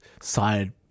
side